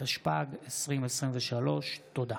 התשפ"ג 2023. תודה.